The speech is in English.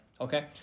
Okay